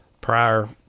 prior